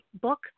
book